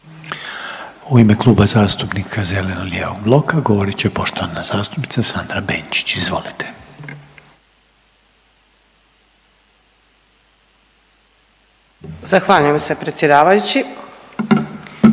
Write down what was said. u ime Kluba zastupnika zeleno-lijevog bloka govorit poštovana zastupnica Sandra Benčić, izvolite. **Benčić, Sandra